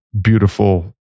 beautiful